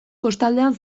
kostaldean